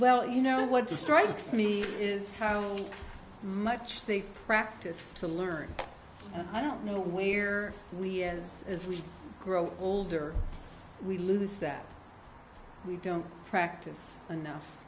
well you know what strikes me is how much they practice to learn i don't know we're we as as we grow older we lose that we don't practice enough